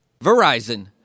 Verizon